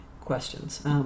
questions